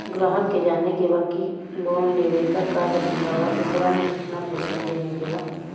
ग्राहक के जाने के बा की की लोन लेवे क का तरीका बा एकरा में कितना किस्त देवे के बा?